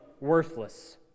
Worthless